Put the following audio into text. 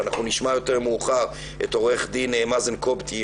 ואנחנו נשמע יותר מאוחר את עורך הדין מאזן קופטי,